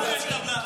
גם לנו יש טבלה.